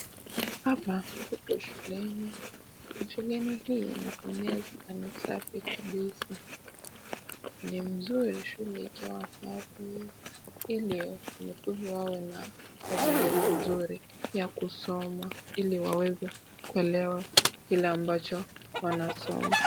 Hapa tupo shuleni, shuleni hii inapendeza na ni safi kabisa. Ni mzuri shule ikiwa safi ili wanafunzi wawe na mazingira mzuri ya kusoma ili waweze kuelewa kile ambacho wanasoma.